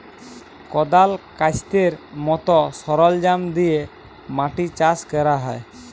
কদাল, ক্যাস্তের মত সরলজাম দিয়ে মাটি চাষ ক্যরা হ্যয়